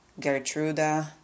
Gertruda